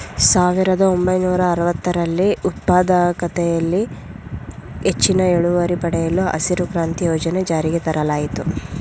ಸಾವಿರದ ಒಂಬೈನೂರ ಅರವತ್ತರಲ್ಲಿ ಉತ್ಪಾದಕತೆಯಲ್ಲಿ ಹೆಚ್ಚಿನ ಇಳುವರಿ ಪಡೆಯಲು ಹಸಿರು ಕ್ರಾಂತಿ ಯೋಜನೆ ಜಾರಿಗೆ ತರಲಾಯಿತು